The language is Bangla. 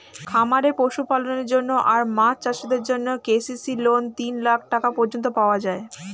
খামারে পশুপালনের জন্য আর মাছ চাষিদের জন্যে কে.সি.সি লোন তিন লাখ টাকা পর্যন্ত পাওয়া যায়